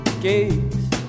gaze